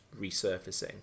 resurfacing